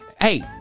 Hey